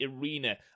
arena